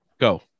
Go